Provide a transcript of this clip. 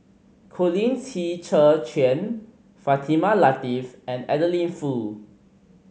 Colin Qi Zhe Quan Fatimah Lateef and Adeline Foo